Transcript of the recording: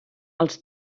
els